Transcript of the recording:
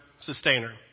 sustainer